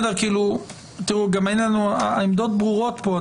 גם העמדות ברורות פה.